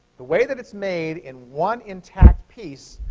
the way that it's made in one intact piece,